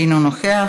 אינו נוכח.